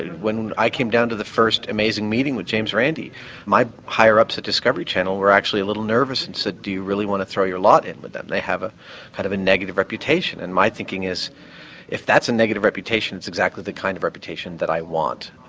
when i came down to the first amazing meeting with james randi my higher-ups at the discovery channel were actually a little nervous and said do you really want to throw your lot in with them, they have a kind of a negative reputation. and my thinking is if that's a negative reputation it's exactly the kind of reputation that i want.